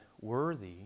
worthy